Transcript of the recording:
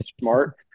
smart